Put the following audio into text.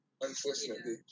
Unfortunately